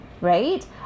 Right